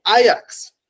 Ajax